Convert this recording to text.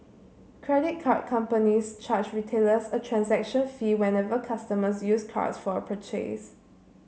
credit card companies charge retailers a transaction fee whenever customers use cards for a purchase